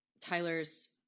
Tyler's